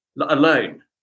alone